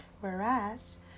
whereas